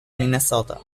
minnesota